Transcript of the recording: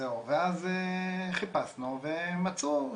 אז חיפשנו ומצאו,